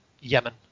yemen